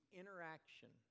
interaction